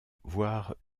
voire